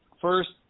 First